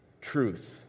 truth